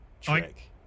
trick